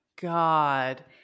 god